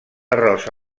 arròs